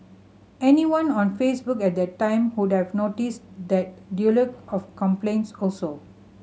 anyone on Facebook at the time would have noticed the deluge of complaints also